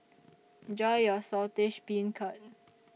Enjoy your Saltish Beancurd